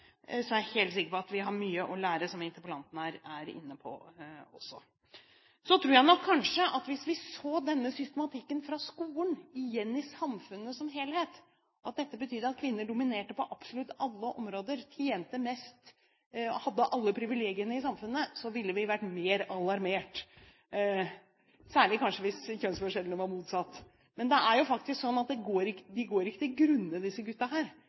er helt sikker på at vi har mye å lære, som interpellanten er inne på også. Så tror jeg nok kanskje at hvis vi så denne systematikken fra skolen igjen i samfunnet som helhet, at dette betydde at kvinner dominerte på absolutt alle områder, tjente mest, hadde alle privilegiene i samfunnet, så ville vi vært mer alarmert, særlig kanskje hvis kjønnsforskjellene var motsatt. Men det er jo faktisk sånn at de går ikke